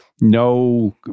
No